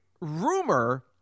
rumor